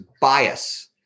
bias